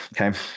Okay